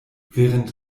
während